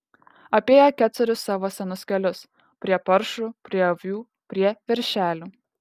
apėjo kecorius savo senus kelius prie paršų prie avių prie veršelių